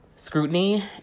scrutiny